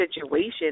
situation